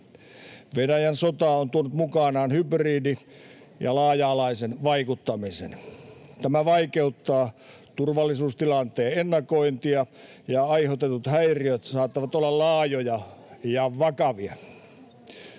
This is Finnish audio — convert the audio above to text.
Venäjän sota on tuonut mukanaan hybridi- ja laaja-alaisen vaikuttamisen. Tämä vaikeuttaa turvallisuustilanteen ennakointia, ja aiheutetut häiriöt saattavat olla laajoja ja vakavia.